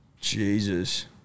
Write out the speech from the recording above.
Jesus